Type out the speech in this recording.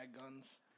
guns